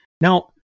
Now